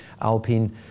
Alpine